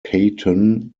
payton